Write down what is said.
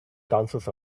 dances